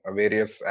various